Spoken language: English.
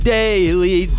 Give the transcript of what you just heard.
daily